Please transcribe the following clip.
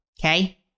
Okay